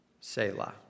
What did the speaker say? Selah